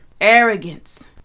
arrogance